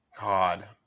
God